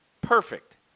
Perfect